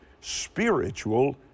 spiritual